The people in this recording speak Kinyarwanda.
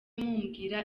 mubwira